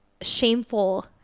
shameful